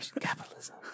Capitalism